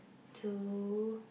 two